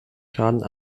schaden